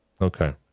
Okay